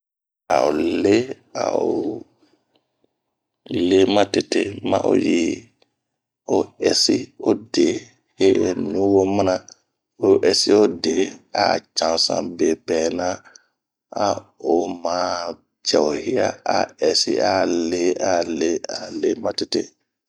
A o lee, a leematete ma o yii, o ɛsi odee hee nuwo mana o ɛsi odee a cansan bepɛna,a oma cɛ ohia a lee lee a lee matete.